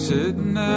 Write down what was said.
Sitting